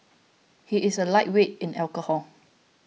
he is a lightweight in alcohol